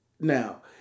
Now